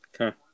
Okay